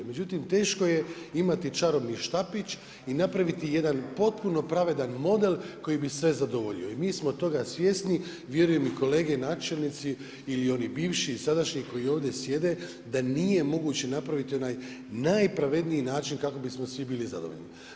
Međutim teško je imati čarobni štapić i napraviti jedan potpuno pravedan model koji bi sve zadovoljio i mi smo toga svjesni, vjerujem i kolege načelnici ili oni bivši i sadašnji koji ovdje sjede da nije moguće napraviti onaj najpravedniji način kako bismo svi bili zadovoljni.